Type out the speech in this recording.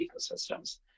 ecosystems